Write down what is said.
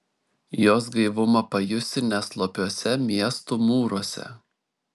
jos gaivumą pajusi ne slopiuose miestų mūruose